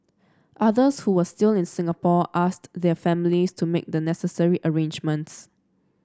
others who were still in Singapore asked their families to make the necessary arrangements